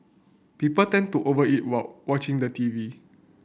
people tend to over eat while watching the T V